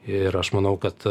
ir aš manau kad